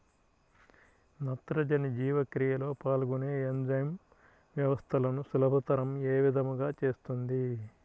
నత్రజని జీవక్రియలో పాల్గొనే ఎంజైమ్ వ్యవస్థలను సులభతరం ఏ విధముగా చేస్తుంది?